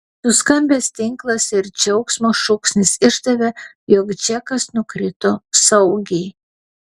suskambęs tinklas ir džiaugsmo šūksnis išdavė jog džekas nukrito saugiai